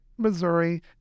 Missouri